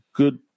good